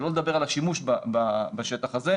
שלא לדבר על השימוש בשטח הזה,